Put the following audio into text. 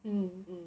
mm mm